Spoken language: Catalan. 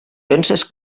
penses